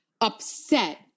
upset